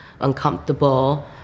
uncomfortable